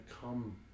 come